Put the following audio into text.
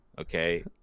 okay